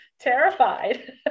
terrified